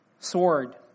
Sword